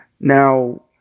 Now